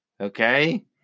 Okay